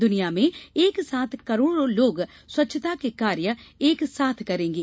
दुनिया में एक साथ करोड़ों लोग स्वच्छता के कार्य एक साथ करेंगे